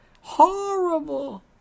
Horrible